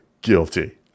guilty